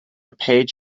page